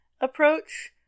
approach